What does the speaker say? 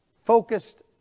focused